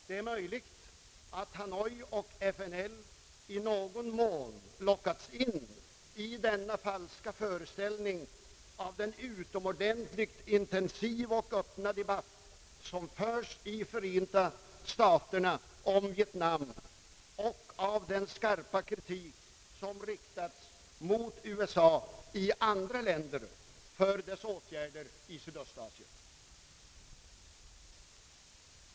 Det är möjligt att Hanoi och FNL i någon mån lockats in i denna falska föreställning av den utomordentligt intensiva och öppna debatt, som förs i Förenta staterna om Vietnam, och av den skarpa kritik som riktats mot USA i andra länder för dess åtgärder i Syd Östasien.